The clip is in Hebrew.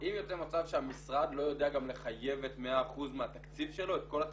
אם יוצא מצב שהמשרד לא יודע גם לחייב את מאה אחוז מהתקציב שלו,